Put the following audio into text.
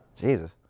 jesus